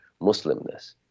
Muslimness